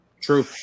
true